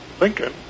Lincoln